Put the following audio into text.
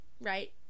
right